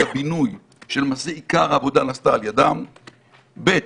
את הבינוי שלמעשה עיקר העבודה נעשתה על ידם; ב'.